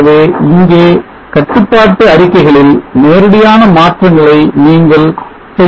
ஆகவே இங்கே கட்டுப்பாட்டு அறிக்கைகளில் நேரடியான மாற்றங்களை நீங்கள் செய்ய முடியும்